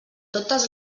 totes